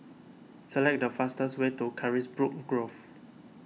select the fastest way to Carisbrooke Grove